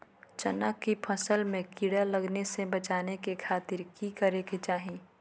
चना की फसल में कीड़ा लगने से बचाने के खातिर की करे के चाही?